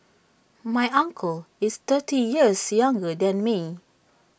my uncle is thirty years younger than me